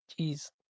Jeez